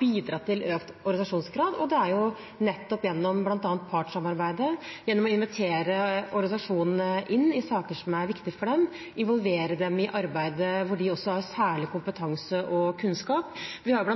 bidra til økt organisasjonsgrad, og det er nettopp gjennom bl.a. partssamarbeidet, gjennom å invitere organisasjonene inn i saker som er viktig for dem, og involvere dem i arbeidet hvor de også har særlig kompetanse og kunnskap. Vi har